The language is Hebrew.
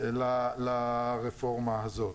לרפורמה הזאת.